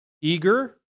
eager